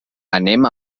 anem